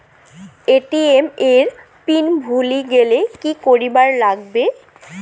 ATM এর PIN ভুলি গেলে কি করিবার লাগবে?